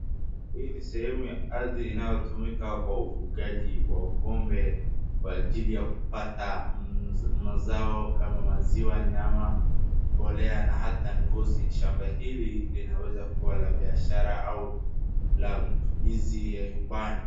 Hii ni sehemu ya ardhi inayotumika kwa ufugaji wa ng'ombe kwa ajili ya kupata mazao kama maziwa, nyama, mbolea na hata ngozi. Shamba hili linaweza kuwa la biashara au la matumizi ya nyumbani.